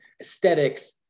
aesthetics